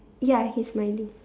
ya he smiling